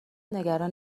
نگران